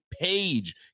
Page